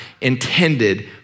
intended